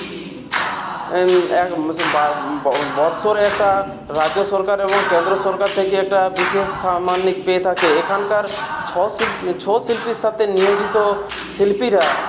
বৎসরে একটা রাজ্য সরকার এবং কেন্দ্র সরকার থেকে একটা বিশেষ সাম্মানিক পেয়ে থাকে এখানকার ছৌ শিল্পে ছৌ শিল্পীর সাথে নিয়োজিত শিল্পীরা